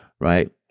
right